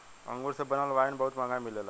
अंगूर से बनल वाइन बहुत महंगा मिलेला